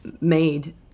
made